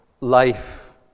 life